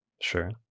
sure